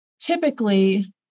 typically